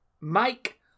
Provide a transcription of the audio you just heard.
Mike